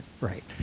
right